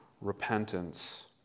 repentance